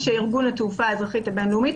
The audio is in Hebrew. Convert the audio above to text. ושארגון התעופה האזרחית הבינלאומית